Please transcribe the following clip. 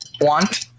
want